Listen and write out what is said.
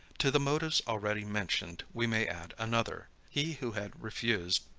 to the motives already mentioned, we may add another. he who had refused,